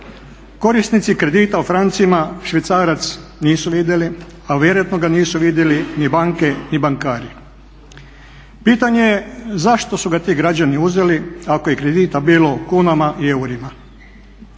Korisnici kredita u francima švicarac nisu vidjeli, a vjerojatno ga nisu vidjeli ni banke ni bankari. Pitanje je zašto su ga ti građani uzeli ako je kredita bilo u kunama i eurima.